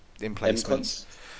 emplacements